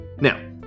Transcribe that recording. now